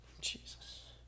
Jesus